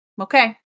okay